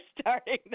starting